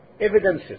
evidences